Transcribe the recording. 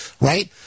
Right